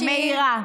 קרעי, רכבת מהירה.